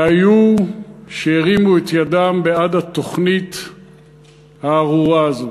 והיו שהרימו את ידם בעד התוכנית הארורה הזו.